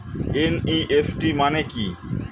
NEFT মানে কি?